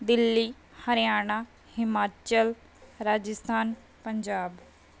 Delhi Haryana Himachal Rajasthan Punjab